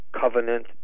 covenant